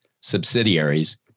subsidiaries